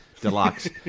deluxe